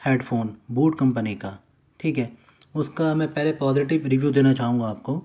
head phone boAt company کا ٹھیک ہے اس کا میں پہلے پازٹیو ریویو دینا چاہوں گا آپ کو